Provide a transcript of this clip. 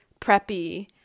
preppy